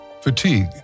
fatigue